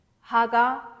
Haga